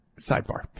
sidebar